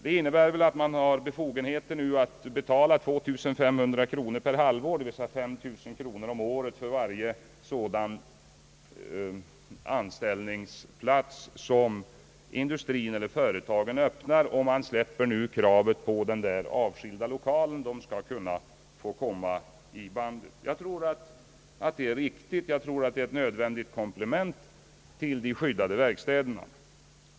Det innebär att man nu har befogenieter att betala 2500 kronor per halvår, d. v. s. 5000 kronor om året, för varje sådan anställningsplats, som industrin eller företagen öppnar, och man släpper nu kravet på avskilda lokaler. Jag tror att detta är riktigt. Jag tror att det är ett nödvändigt komplement till de skyddade verkstäderna.